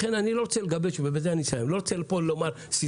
לכן אני לא רוצה פה לומר סיסמאות,